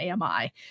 AMI